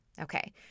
Okay